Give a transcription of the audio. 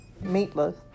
meatless